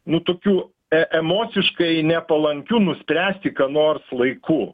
nu tokiu emociškai nepalankiu nuspręsti ką nors laiku